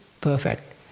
perfect